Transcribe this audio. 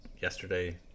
yesterday